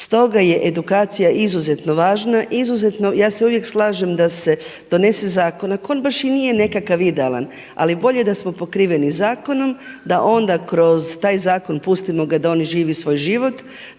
Stoga je edukacija izuzetno važna. Izuzetno. Ja se uvijek slažem da se donese zakon. Ako on baš i nije nekakav idealan, ali bolje da smo pokriveni zakonom, da onda kroz taj zakon pustimo ga da on živi svoj život,